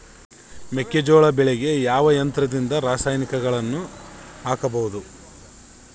ಮೆಕ್ಕೆಜೋಳ ಬೆಳೆಗೆ ಯಾವ ಯಂತ್ರದಿಂದ ರಾಸಾಯನಿಕಗಳನ್ನು ಹಾಕಬಹುದು?